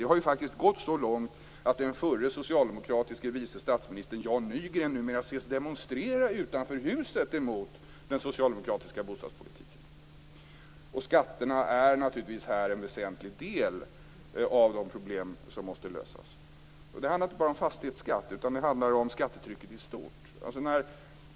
Det har faktiskt gått så långt att den förre socialdemokratiske vice statsministern Jan Nygren numera har setts demonstrera utanför Riksdagshuset emot den socialdemokratiska bostadspolitiken. Skatterna utgör naturligtvis en väsentlig del av de problem som måste lösas. Det handlar inte bara om fastighetsskatt, utan det handlar om skattetrycket i stort.